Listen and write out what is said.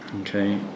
Okay